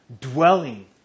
dwelling